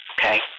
Okay